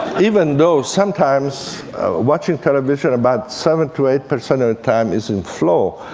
even though sometimes watching television about seven to eight percent of the time is in flow,